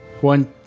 one